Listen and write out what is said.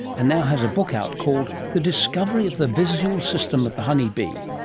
and now has a book out called the discovery of the visual system of the honey bee.